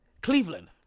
Cleveland